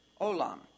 Olam